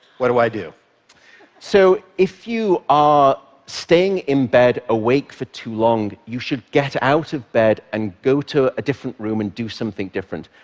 what do i do? mw so if you are staying in bed awake for too long, you should get out of bed and go to a different room and do something different.